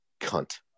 cunt